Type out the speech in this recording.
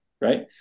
right